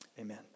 Amen